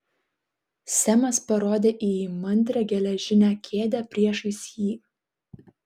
semas parodė į įmantrią geležinę kėdę priešais jį